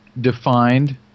defined